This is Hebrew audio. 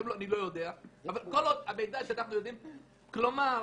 כלומר,